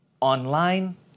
online